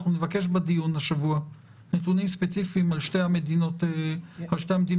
אנחנו נבקש בדיון השבוע נתונים ספציפיים על שתי המדינות הללו.